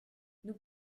nous